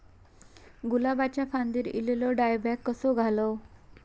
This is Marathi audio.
गुलाबाच्या फांदिर एलेलो डायबॅक कसो घालवं?